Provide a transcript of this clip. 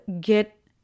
get